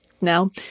now